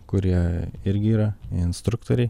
kurie irgi yra instruktoriai